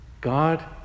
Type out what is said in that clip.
God